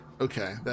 Okay